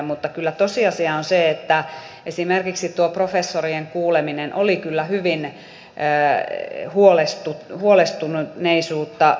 mutta kyllä tosiasia on se että esimerkiksi tuo professorien kuuleminen oli kyllä hyvin huolestuneisuutta huokuva